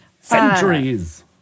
Centuries